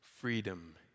freedom